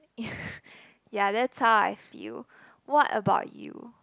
ya that's how I feel what about you